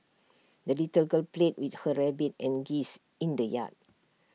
the little girl played with her rabbit and geese in the yard